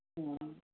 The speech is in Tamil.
ம் ம்